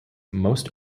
most